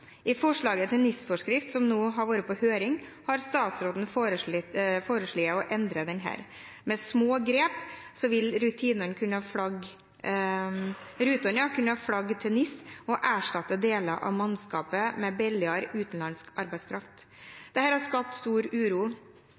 I forslaget til NIS-forskrift, som nå har vært på høring, har statsråden foreslått å endre denne. Med små grep vil rutene kunne flagge til NIS og erstatte deler av mannskapet med billigere, utenlandsk arbeidskraft. Dette har skapt stor uro,